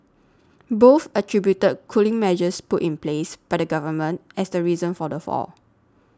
both attributed cooling measures put in place by the Government as the reason for the fall